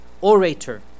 orator